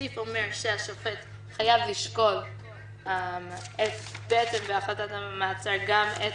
הסעיף אומר שהשופט חייב לשקול בהחלטת המעצר גם את